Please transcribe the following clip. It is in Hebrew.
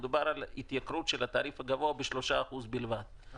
מדובר על התייקרות של התעריף הגבוה ב-3% בלבד,